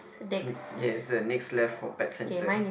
yes the left for pet centre